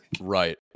Right